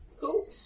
Cool